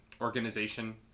organization